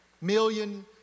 million